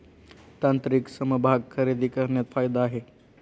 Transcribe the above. तांत्रिक समभाग खरेदी करण्यात फायदा आहे